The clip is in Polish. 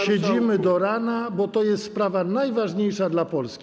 Siedzimy do rana, bo to jest sprawa najważniejsza dla Polski.